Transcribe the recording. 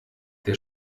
der